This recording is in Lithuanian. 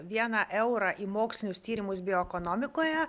vieną eurą į mokslinius tyrimus bioekonomikoje